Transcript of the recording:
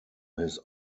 his